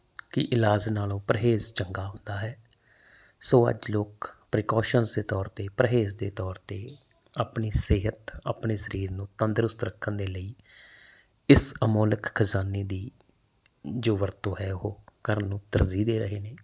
ਕਿ ਇਲਾਜ ਨਾਲੋਂ ਪਰਹੇਜ਼ ਚੰਗਾ ਹੁੰਦਾ ਹੈ ਸੋ ਅੱਜ ਲੋਕ ਪ੍ਰੀਕੋਸ਼ਨ ਦੇ ਤੌਰ 'ਤੇ ਪਰਹੇਜ਼ ਦੇ ਤੌਰ 'ਤੇ ਆਪਣੀ ਸਿਹਤ ਆਪਣੇ ਸਰੀਰ ਨੂੰ ਤੰਦਰੁਸਤ ਰੱਖਣ ਦੇ ਲਈ ਇਸ ਅਮੋਲਕ ਖਜ਼ਾਨੇ ਦੀ ਜੋ ਵਰਤੋਂ ਹੈ ਉਹ ਕਰਨ ਨੂੰ ਤਰਜੀਹ ਦੇ ਰਹੇ ਨੇ